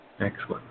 Excellent